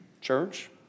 Church